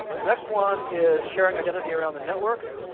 um next one is sharing identity around the network.